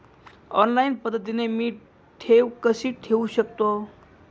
Online पद्धतीने मी ठेव कशी ठेवू शकतो?